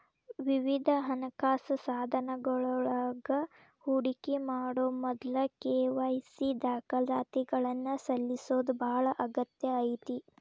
ವಿವಿಧ ಹಣಕಾಸ ಸಾಧನಗಳೊಳಗ ಹೂಡಿಕಿ ಮಾಡೊ ಮೊದ್ಲ ಕೆ.ವಾಯ್.ಸಿ ದಾಖಲಾತಿಗಳನ್ನ ಸಲ್ಲಿಸೋದ ಬಾಳ ಅಗತ್ಯ ಐತಿ